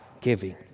Giving